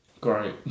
Great